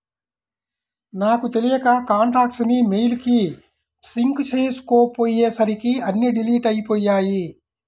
నాకు తెలియక కాంటాక్ట్స్ ని మెయిల్ కి సింక్ చేసుకోపొయ్యేసరికి అన్నీ డిలీట్ అయ్యిపొయ్యాయి